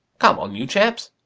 come on, you chaps!